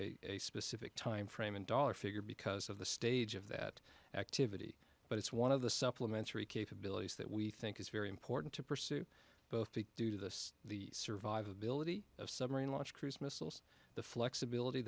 a specific time frame in dollar figure because of the stage of that activity but it's one of the supplementary capabilities that we think is very important to pursue both to do this the survivability of submarine launched cruise missiles the flexibility